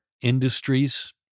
industries